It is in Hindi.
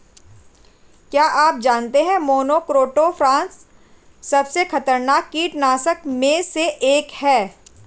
क्या आप जानते है मोनोक्रोटोफॉस सबसे खतरनाक कीटनाशक में से एक है?